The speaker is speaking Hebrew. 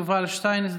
יובל שטייניץ,